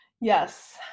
Yes